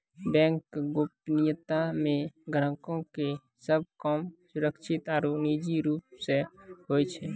bank गोपनीयता मे ग्राहको के सभ काम सुरक्षित आरु निजी रूप से होय छै